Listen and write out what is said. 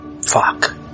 fuck